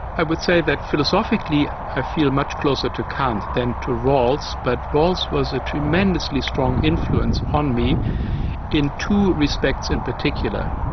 i would say that philosophically i feel much closer to kant than to rawls, but rawls was a tremendously strong influence on me in two respects in particular.